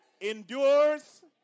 endures